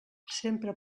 sempre